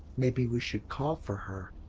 maybe we should call for her?